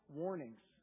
warnings